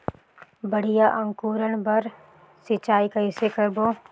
बढ़िया अंकुरण बर सिंचाई कइसे करबो?